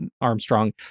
Armstrong